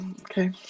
Okay